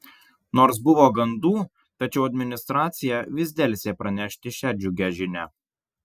nors buvo gandų tačiau administracija vis delsė pranešti šią džiugią žinią